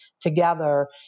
together